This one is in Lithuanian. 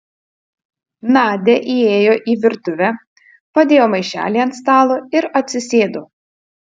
nadia įėjo į virtuvę padėjo maišelį ant stalo ir atsisėdo